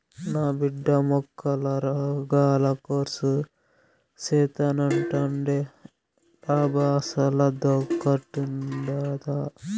నా బిడ్డ మొక్కల రోగాల కోర్సు సేత్తానంటాండేలబ్బా అసలదొకటుండాదా